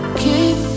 keep